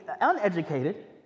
uneducated